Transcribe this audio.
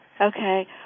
Okay